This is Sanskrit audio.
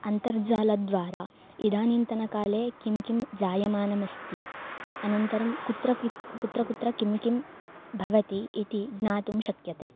अन्तर्जालद्वार इदानीन्तनकाले किं किं जायमानमस्ति अनन्तरं कुत्र किं कुत्र कुत्र किं किं भवति इति ज्ञातुं शक्यते